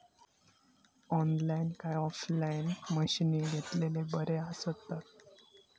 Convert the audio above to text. Online काय offline मशीनी घेतलेले बरे आसतात?